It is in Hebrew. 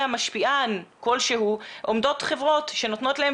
משפיען כלשהו עומדות חברות שנותנות להם,